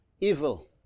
evil